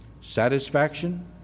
Satisfaction